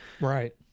Right